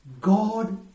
God